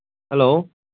hello